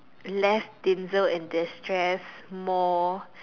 less Din sale and distress more